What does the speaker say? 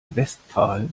westphal